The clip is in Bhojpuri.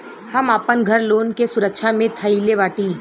हम आपन घर लोन के सुरक्षा मे धईले बाटी